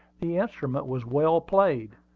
the instrument was well played.